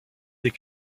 des